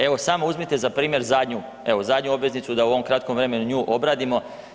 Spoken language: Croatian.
Evo, samo uzmite za primjer zadnju obveznicu da u ovom kratkom vremenu nju obradimo.